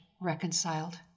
reconciled